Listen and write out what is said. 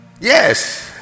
Yes